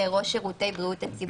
זה ראש שירותי בריאות הציבור.